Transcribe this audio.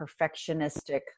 perfectionistic